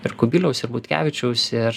ir kubiliaus ir butkevičiaus ir